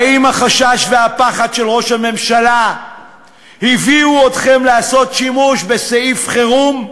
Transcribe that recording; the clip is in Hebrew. האם החשש והפחד של ראש הממשלה הביאו אתכם לעשות שימוש בסעיף חירום?